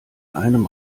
einem